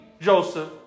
Joseph